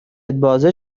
بازه